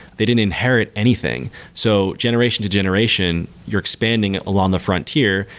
they didn't inherit anything. so generation to generation, you're expanding along the frontier.